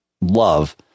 love